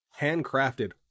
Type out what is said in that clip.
Handcrafted